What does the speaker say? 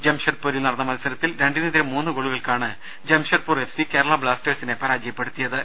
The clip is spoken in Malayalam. ജംഷഡ്പൂരിൽ നടന്ന മത്സരത്തിൽ രണ്ടിനെതിരെ മൂന്നു ഗോളുകൾക്കാണ് ജംഷഡ്പൂർ എഫ് സി കേരള ബ്ലാസ്റ്റേഴ്സിനെ പരാജയപ്പെടുത്തിയത്